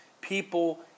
people